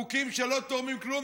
חוקים שלא תורמים כלום,